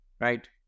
Right